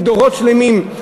דורות שלמים,